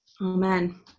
Amen